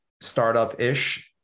startup-ish